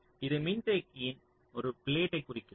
இது மின்தேக்கியின் ஒரு ப்ளேட்டை குறிக்கிறது